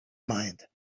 mind